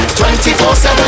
24-7